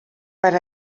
per